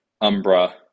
Umbra